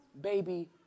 baby